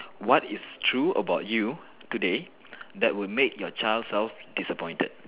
what is true about you today that would make your child self disappointed